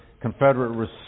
Confederate